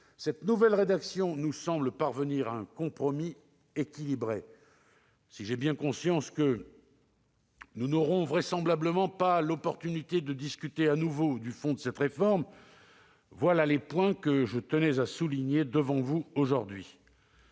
Cette nouvelle rédaction nous semble parvenir à un compromis équilibré. Si j'ai bien conscience que nous n'aurons vraisemblablement pas l'opportunité de discuter de nouveau du fond de cette réforme, voilà les points que je tenais à souligner devant vous aujourd'hui.